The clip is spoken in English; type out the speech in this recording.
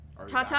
Ta-ta